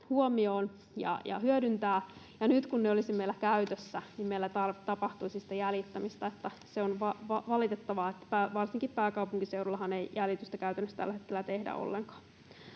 huomioon ja hyödyntää, ja nyt kun ne olisivat meillä käytössä, niin meillä tapahtuisi sitä jäljittämistä. Se on valitettavaa, että varsinkaan pääkaupunkiseudullahan ei jäljitystä käytännössä tällä hetkellä tehdä ollenkaan.